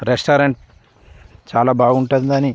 restaurant చాలా బాగుంటుందని